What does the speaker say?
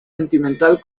sentimental